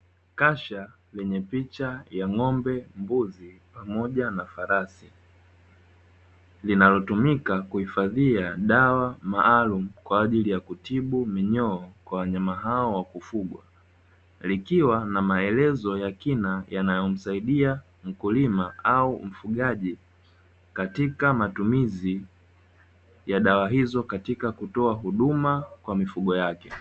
Kasha lenye picha ya ng'ombe, mbuzi pamoja na farasi; linalotumika kuhifadhia dawa maalumu kwa ajili ya kutibu minyoo kwa wanyama hao wa kufugwa. Likiwa na maelezo ya kina yanayomsaidia mkulima au mfugaji katika matumizi ya dawa hizo katika kutoa huduma kwa mifugo yake.